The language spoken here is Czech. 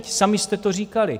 Sami jste to říkali.